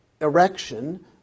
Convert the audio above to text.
erection